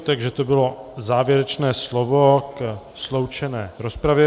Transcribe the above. Takže to bylo závěrečné slovo ke sloučené rozpravě.